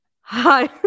hi